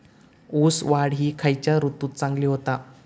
ऊस वाढ ही खयच्या ऋतूत चांगली होता?